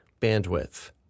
bandwidth